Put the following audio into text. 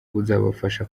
buzafasha